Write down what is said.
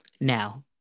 now